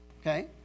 Okay